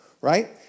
right